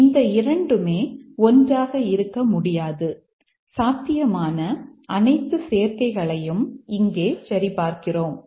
எனவே இந்த இரண்டுமே ஒன்றாக இருக்க முடியாது சாத்தியமான அனைத்து சேர்க்கைகளையும் இங்கே சரிபார்க்கிறோம்